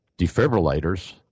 defibrillators